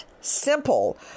simple